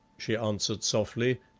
she answered softly,